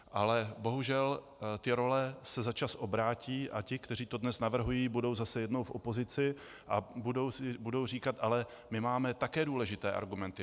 Ale bohužel ty role se za čas obrátí a ti, kteří to dnes navrhují, budou zase jednou v opozici a budou říkat: Ale my máme také důležité argumenty.